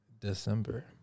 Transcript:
December